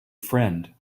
friend